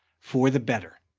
for the better.